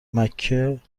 مکه